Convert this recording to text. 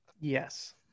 Yes